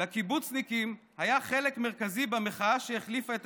"לקיבוצניקים היה חלק מרכזי במחאה שהחליפה את